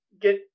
get